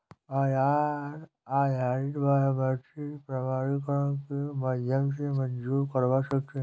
आधार आधारित बायोमेट्रिक प्रमाणीकरण के माध्यम से मंज़ूर करवा सकते हैं